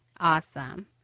Awesome